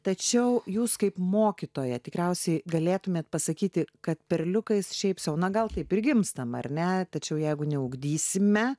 tačiau jūs kaip mokytoja tikriausiai galėtumėte pasakyti kad perliukais šypsena gal taip ir gimstama ar ne tačiau jeigu neugdysime